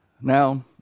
Now